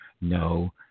No